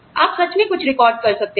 आप सच में कुछ रिकॉर्ड कर सकते थे